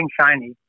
shiny